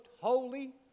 holy